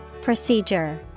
Procedure